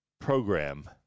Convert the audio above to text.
program